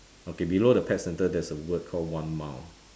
okay below the pet centre there's a word called one mile